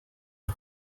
ubu